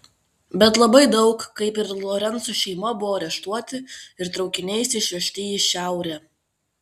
bet labai daug kaip ir lorenco šeima buvo areštuoti ir traukiniais išvežti į šiaurę